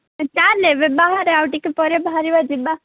ଚାଲେ ଏବେ ବାହାରେ ଆଉ ଟିକେ ପରେ ବାହାରିବା ଯିବା